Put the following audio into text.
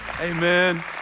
Amen